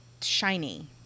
shiny